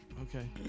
Okay